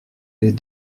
les